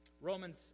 Romans